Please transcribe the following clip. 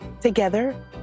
Together